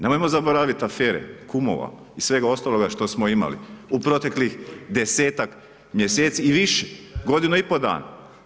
Nemojmo zaboraviti afere, kumova i svega ostaloga što smo imali u proteklih 10-tak mjeseci i više, godinu i pol dana.